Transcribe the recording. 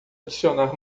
adicionar